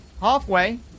Halfway